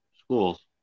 Schools